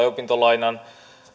opintolainan